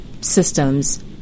systems